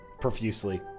profusely